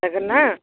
जागोनना